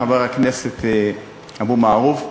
חבר הכנסת אבו מערוף,